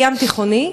הים-תיכוני.